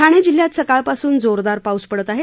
ठाणे जिल्ह्यातही सकाळपासून जोरदार पाऊस पडत आहे